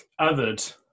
othered